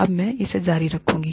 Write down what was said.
अब मैं इसे जारी रखूंगी